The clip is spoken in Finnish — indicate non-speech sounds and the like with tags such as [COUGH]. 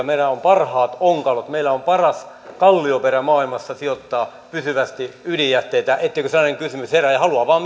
[UNINTELLIGIBLE] meillä on parhaat onkalot meillä on paras kallioperä maailmassa sijoittaa pysyvästi ydinjätteitä uskon että sellainen kysymys herää haluan vain [UNINTELLIGIBLE]